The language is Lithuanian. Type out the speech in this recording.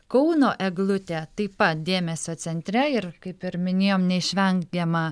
kauno eglutė taip pat dėmesio centre ir kaip ir minėjom neišvengiama